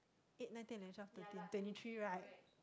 eight night ten eleven twelve thirteen twenty three right